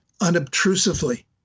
unobtrusively